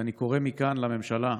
ואני קורא מכאן לממשלה: